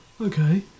Okay